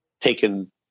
taken